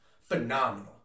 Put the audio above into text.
Phenomenal